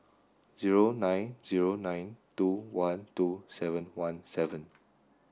zero nine zero nine two one two seven one seven